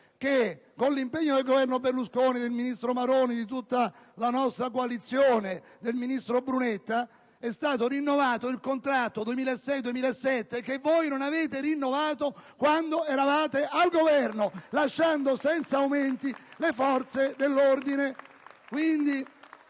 che con l'impegno del Governo Berlusconi, del ministro Maroni, del ministro Brunetta e di tutta la nostra coalizione, è stato rinnovato il contratto 2006-2007, che voi non avete rinnovato quando eravate al Governo, lasciando senza aumenti le forze dell'ordine.